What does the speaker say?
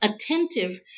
attentive